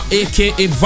aka